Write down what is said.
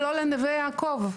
ולא לנווה יעקב,